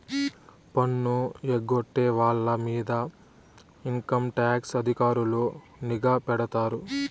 పన్ను ఎగ్గొట్టే వాళ్ళ మీద ఇన్కంటాక్స్ అధికారులు నిఘా పెడతారు